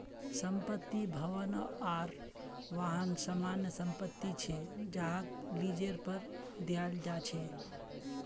संपत्ति, भवन आर वाहन सामान्य संपत्ति छे जहाक लीजेर पर दियाल जा छे